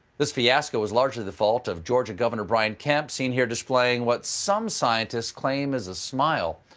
this fiasco is largely the fault of georgia governor brian kemp, seen here displaying what some scientists claim is a smile.